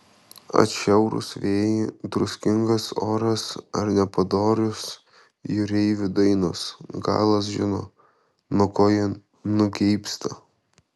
atšiaurūs vėjai druskingas oras ar nepadorios jūreivių dainos galas žino nuo ko jie nugeibsta